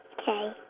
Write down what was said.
Okay